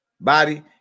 body